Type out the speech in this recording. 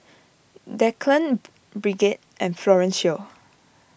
Declan Bridget and Florencio